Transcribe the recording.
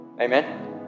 Amen